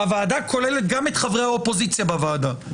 הוועדה כוללת גם את חברי האופוזיציה בוועדה.